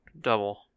double